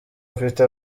mfite